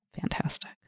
fantastic